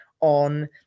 on